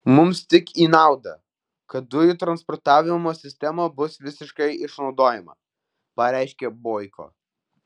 mums tik į naudą kad dujų transportavimo sistema bus visiškai išnaudojama pareiškė boiko